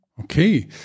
Okay